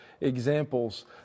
examples